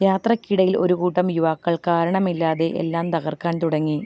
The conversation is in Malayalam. യാത്രയ്ക്കിടയിൽ ഒരു കൂട്ടം യുവാക്കൾ കാരണമില്ലാതെ എല്ലാം തകർക്കാൻ തുടങ്ങി